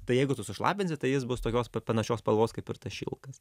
tai jeigu tu sušlapinsi tai jis bus tokios pat panašios spalvos kaip ir tas šilkas